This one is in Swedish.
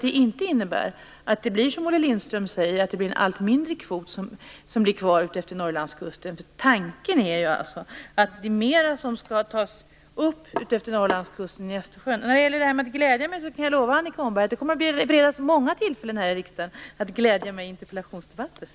Det får inte bli så som Olle Lindström säger, nämligen att en allt mindre kvot blir kvar utefter Norrlandskusten. Tanken är ju att det skall tas upp mera lax utefter När det gäller detta med att glädja mig kan jag ge ett löfte till Annika Åhnberg. Det kommer att beredas många tillfällen här i riksdagen att glädja mig i interpellationsdebatter.